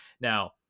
Now